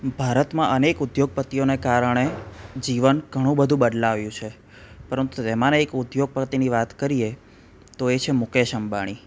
ભારતમાં અનેક ઉદ્યોગપતિઓના કારણે જીવન ઘણું બધું બદલાયું છે પરંતુ તેમાંના એક ઉદ્યોગપતિની વાત કરીએ તો એ છે મુકેશ અંબાણી